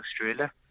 Australia